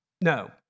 No